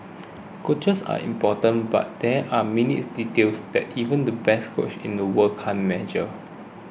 coaches are important but there are minutes details that even the best coach in the world can't measure